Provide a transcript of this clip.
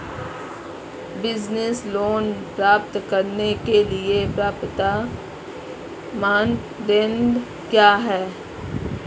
Business loan प्राप्त करने के लिए पात्रता मानदंड क्या हैं?